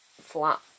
flat